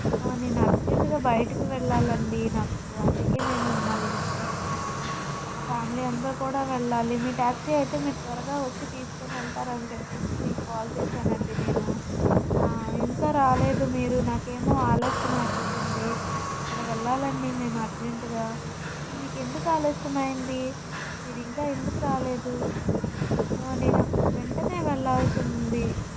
నేను అర్జెంటుగా బయటికి వెళ్లాలండి నాకు అందుకే నేను మిమ్మల్ని బుక్ చేసుకున్నాను మా ఫ్యామిలీ అంతా కూడా వెళ్ళాలి మీ ట్యాక్సీ అయితే మీరు త్వరగా వచ్చి తీసుకొని వెళ్తారు అని చెప్పేసి మీకు కాల్ చేశాను అండి నేను ఇంకా రాలేదు మీరు నాకు ఏమో ఆలస్యం అయిపోతుంది అక్కడ వెళ్ళాలండి మేము అర్జెంటుగా అసలు మీకు ఎందుకు ఆలస్యం అయ్యింది మీరు ఇంకా ఎందుకు రాలేదు నేను అక్కడికి వెంటనే వెళ్లాల్సి ఉంది